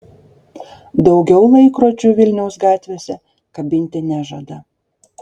daugiau laikrodžių vilniaus gatvėse kabinti nežada